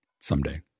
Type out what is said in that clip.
Someday